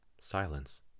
Silence